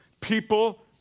people